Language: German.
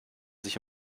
sich